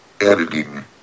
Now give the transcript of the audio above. Editing